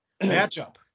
Matchup